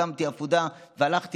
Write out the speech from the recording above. שמתי אפודה ועזרתי.